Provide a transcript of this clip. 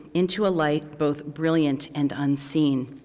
into a light both brilliant and unseen.